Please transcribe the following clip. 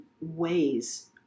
ways